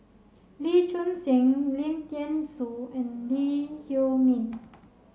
Lee Choon Seng Lim Thean Soo and Lee Huei Min